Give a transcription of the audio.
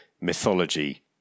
mythology